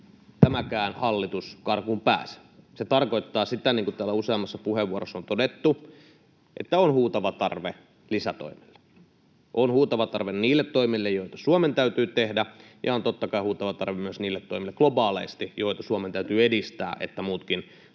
tämäkään hallitus karkuun pääse. Se tarkoittaa sitä, niin kuin täällä useammassa puheenvuorossa on todettu, että on huutava tarve lisätoimille. On huutava tarve niille toimille, joita Suomen täytyy tehdä, ja on totta kai huutava tarve myös globaalisti niille toimille, joita Suomen täytyy edistää, että muutkin saadaan